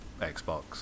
xbox